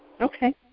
Okay